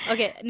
Okay